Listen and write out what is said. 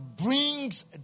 brings